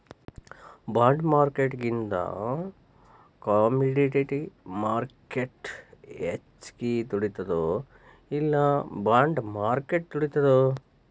ಬಾಂಡ್ಮಾರ್ಕೆಟಿಂಗಿಂದಾ commodity market ಹೆಚ್ಗಿ ದುಡಿತದೊ ಇಲ್ಲಾ ಬಾಂಡ್ ಮಾರ್ಕೆಟ್ ದುಡಿತದೊ?